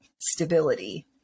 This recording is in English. stability